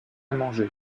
manger